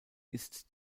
ist